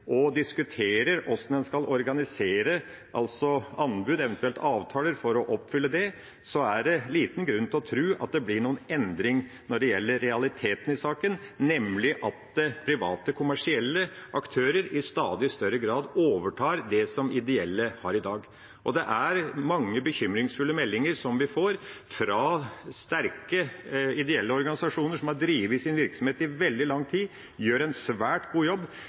og diskuterer hvordan en skal organisere anbud, eventuelt avtaler for å oppfylle dem, er det liten grunn til å tro at det blir noen endring når det gjelder realiteten i saken, nemlig at private kommersielle aktører i stadig større grad overtar det som ideelle har i dag. Det er mange bekymringsfulle meldinger vi får fra sterke ideelle organisasjoner som har drevet sin virksomhet i veldig lang tid, som gjør en svært god jobb,